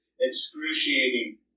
excruciating